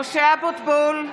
משה אבוטבול,